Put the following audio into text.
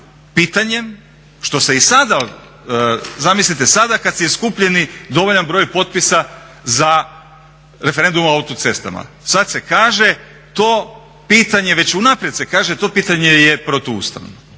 pitanjem, što se i sada, zamislite sada kad se i skupi dovoljan broj potpisa za referendum o autocestama, sad se kaže to pitanje, već unaprijed se kaže, to pitanje je protuustavno,